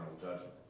judgment